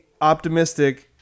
optimistic